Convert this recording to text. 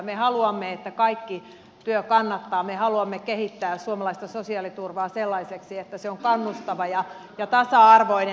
me haluamme että kaikki työ kannattaa me haluamme kehittää suomalaista sosiaaliturvaa sellaiseksi että se on kannustava ja tasa arvoinen